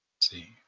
See